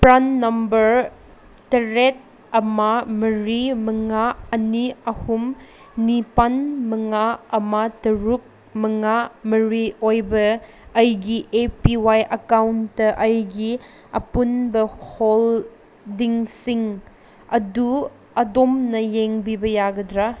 PRAN number ꯇꯔꯦꯠ ꯑꯃ ꯃꯔꯤ ꯃꯉꯥ ꯑꯅꯤ ꯑꯍꯨꯝ ꯅꯤꯄꯥꯟ ꯃꯉꯥ ꯑꯃ ꯇꯔꯨꯛ ꯃꯉꯥ ꯃꯔꯤ ꯑꯣꯏꯕ ꯑꯩꯒꯤ ꯑꯦ ꯄꯤ ꯋꯥꯏ ꯑꯀꯥꯎꯟꯇ ꯑꯩꯒꯤ ꯑꯄꯨꯟꯕ ꯍꯣꯜꯗꯤꯡꯁꯤꯡ ꯑꯗꯨ ꯑꯗꯣꯝꯅ ꯌꯦꯡꯕꯤꯕ ꯌꯥꯒꯗ꯭ꯔꯥ